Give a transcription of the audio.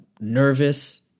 nervous